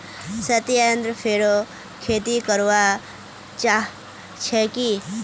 सत्येंद्र फेरो खेती करवा चाह छे की